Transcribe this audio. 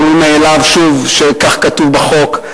ברור מאליו, שוב, שכך כתוב בחוק.